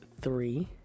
three